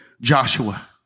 Joshua